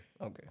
Okay